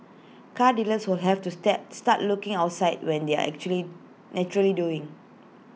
car dealers will have to stay start looking outside when they are actually naturally doing